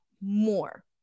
more